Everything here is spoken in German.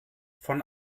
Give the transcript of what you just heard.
von